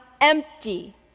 empty